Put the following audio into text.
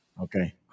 Okay